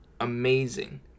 amazing